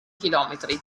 chilometri